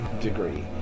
degree